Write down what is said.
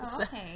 Okay